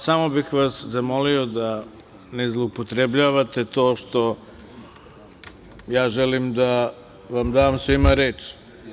Samo bih vas zamolio da ne zloupotrebljavate to što ja želim da vam dam svima reč.